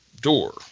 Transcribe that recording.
door